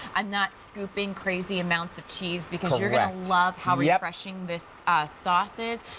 i'm not scooping crazy amounts of cheese because you're going to love how refreshing this sauce is.